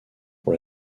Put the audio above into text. pour